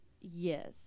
yes